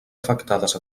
afectades